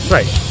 Right